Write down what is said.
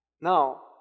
Now